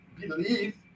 believe